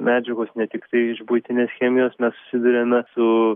medžiagos ne tiktai iš buitinės chemijos mes susiduriame su